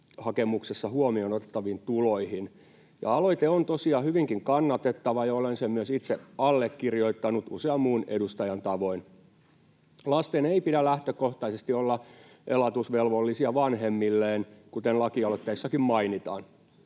huomioon otettaviin tuloihin. Aloite on tosiaan hyvinkin kannatettava, ja olen sen myös itse allekirjoittanut usean muun edustajan tavoin. Lasten ei pidä lähtökohtaisesti olla elatusvelvollisia vanhemmilleen, kuten lakialoitteessakin mainitaan.